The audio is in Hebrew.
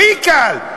הכי קל,